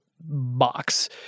box